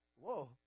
Whoa